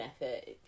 effort